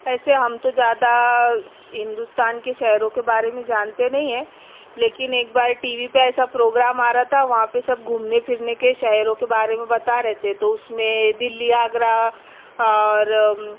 ایسے ہم تو زیادہ ہندوستان کے شہروں کے بارے میں جانتے نہیں ہیں لیکن ایک بار ٹی وی پہ ایسا پروگرام آ رہا تھا وہاں پہ سب گھومنے پھرنے کے شہروں کے بارے میں بتا رہے تھے تو اُس میں دِلی آگرہ اور